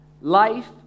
life